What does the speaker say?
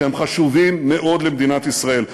שהם חשובים מאוד למדינת ישראל.